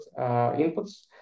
inputs